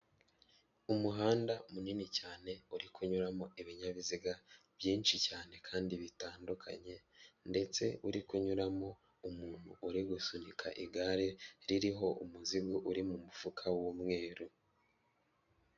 Umuhanda munini cyane uri kunyuramo ibinyabiziga byinshi cyane kandi bitandukanye ndetse uri kunyuramo umuntu uri gusunika igare ririho umuzigo uri mu mufuka w'umweru.